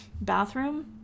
Bathroom